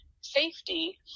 safety